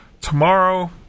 tomorrow